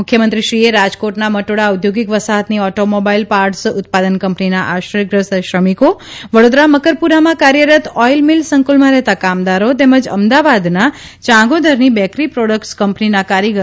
મુખ્યમંત્રીશ્રીએ રાજકોટના મટોડા ઔદ્યોગિક વસાહતની ઓટોમોબાઇલ પાર્ટસ ઉત્પાદન કંપનીના આશ્રયગ્રસ્ત શ્રમિકો વડોદરા મકરપુરામાં કાર્યરત ઓઇલ મીલ સંકુલમાં રહેતા કામદારો તેમજ અમદાવાદના ચાંગોદરની બેકરી પ્રોડક્સ કંપનીના કારીગરો સાથે વાતયીત કરી હતી